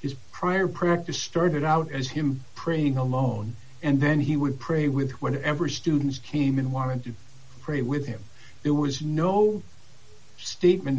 his prior practice started out at him praying alone and then he would pray with whatever students came in wanting to pray with him there was no statement